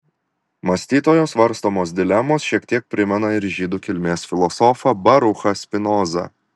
mąstytojo svarstomos dilemos šiek tiek primena ir žydų kilmės filosofą baruchą spinozą